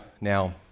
Now